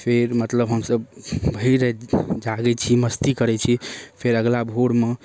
फेर मतलब हमसब भरि राति जागै छी मस्ती करै छी फेर अगला भोरमे